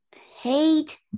hate